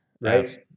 right